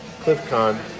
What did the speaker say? CliffCon